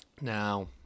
Now